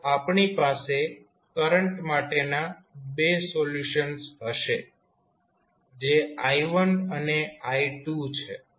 તો આપણી પાસે કરંટ માટેના બે સોલ્યુશન્સ હશે જે i1 અને i2 છે